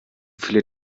viele